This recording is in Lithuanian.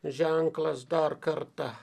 ženklas dar kartą